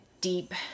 deep